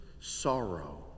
sorrow